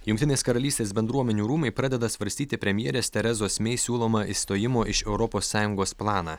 jungtinės karalystės bendruomenių rūmai pradeda svarstyti premjerės terezos mei siūlomą išstojimo iš europos sąjungos planą